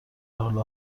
حال